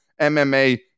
mma